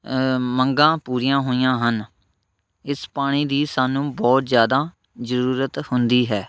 ਮੰਗਾਂ ਪੂਰੀਆਂ ਹੋਈਆਂ ਹਨ ਇਸ ਪਾਣੀ ਦੀ ਸਾਨੂੰ ਬਹੁਤ ਜ਼ਿਆਦਾ ਜ਼ਰੂਰਤ ਹੁੰਦੀ ਹੈ